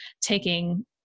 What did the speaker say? taking